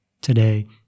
Today